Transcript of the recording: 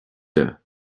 her